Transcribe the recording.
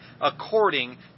according